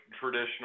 traditional